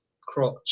crotch